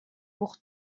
pour